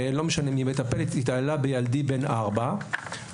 מטפלת התעללה בילדי בן הארבע,